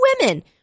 women